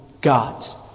gods